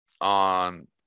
on